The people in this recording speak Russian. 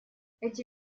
эти